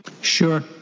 Sure